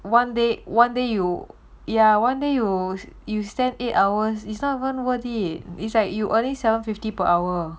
one day one day you ya one day you you stand eight hours is not even worth it it's like you only seven fifty per hour